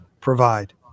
provide